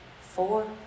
four